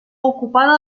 ocupada